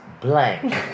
Blank